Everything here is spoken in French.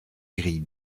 grille